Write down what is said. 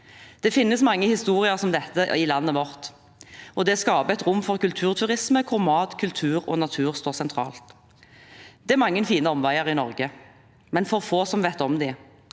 Det finnes mange historier som dette i landet vårt, og det skaper et rom for kulturturisme hvor mat, kultur og natur står sentralt. Det er mange fine omveier i Norge, men for få vet om dem.